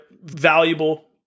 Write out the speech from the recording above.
valuable